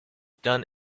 done